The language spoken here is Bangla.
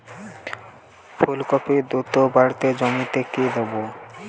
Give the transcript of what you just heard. ফুলকপি দ্রুত বাড়াতে জমিতে কি দেবো?